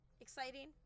Exciting